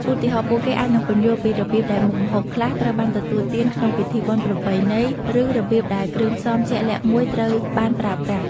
ឧទាហរណ៍ ពួកគេអាចនឹងពន្យល់ពីរបៀបដែលមុខម្ហូបខ្លះត្រូវបានទទួលទានក្នុងពិធីបុណ្យប្រពៃណី ឬរបៀបដែលគ្រឿងផ្សំជាក់លាក់មួយត្រូវបានប្រើប្រាស់